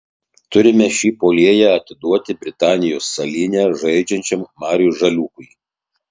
turime šį puolėją atiduoti britanijos salyne žaidžiančiam mariui žaliūkui